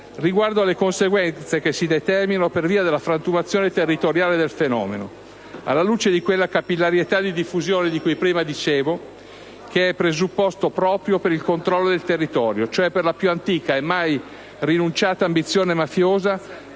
riguardo alle conseguenze che si determinano per via della frantumazione territoriale del fenomeno, alla luce di quella capillarietà di diffusione di cui prima dicevo, che è presupposto proprio per il controllo del territorio, cioè per la più antica e mai rinunciata ambizione mafiosa,